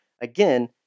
again